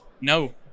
No